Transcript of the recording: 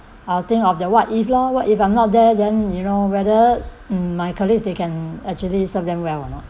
I'll think of that what if lor what if I'm not there then you know whether um my colleagues they can actually serve them well or not